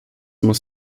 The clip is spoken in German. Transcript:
muss